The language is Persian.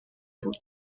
بود